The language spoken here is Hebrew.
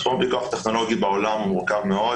תחום הפיקוח הטכנולוגי בעולם מורכב מאוד